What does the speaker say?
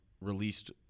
released